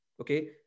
Okay